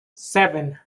seven